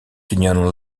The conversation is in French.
union